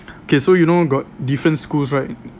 okay so you know got different schools right